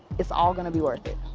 it's all gonna be worth it.